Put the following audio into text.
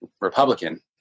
Republican